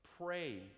pray